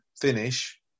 finish